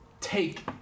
take